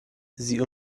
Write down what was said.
sie